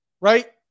right